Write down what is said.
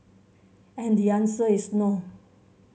and the answer is no